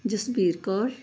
Jasbir Kaur